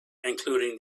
including